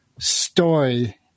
story